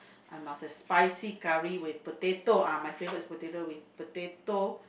I must have spicy curry with potato ah my favourite is potato with potato